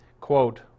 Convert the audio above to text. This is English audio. Quote